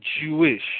Jewish